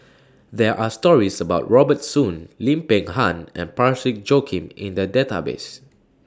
There Are stories about Robert Soon Lim Peng Han and Parsick Joaquim in The Database